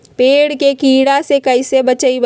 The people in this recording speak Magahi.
पेड़ के कीड़ा से कैसे बचबई?